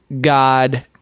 God